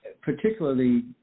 particularly